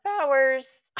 powers